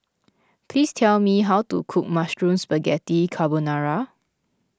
please tell me how to cook Mushroom Spaghetti Carbonara